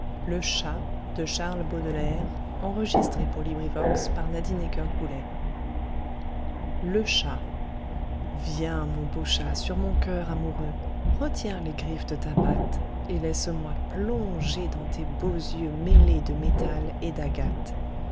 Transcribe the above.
le chat viens mon beau chat sur mon coeur amoureux retiens les griffes de ta patte et laisse-moi plonger dans tes beaux yeux mêlés de métal et d'agate